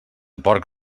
porc